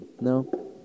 No